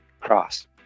cross